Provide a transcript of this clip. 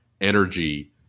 energy